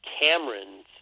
Cameron's